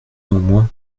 néanmoins